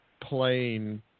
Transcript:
plain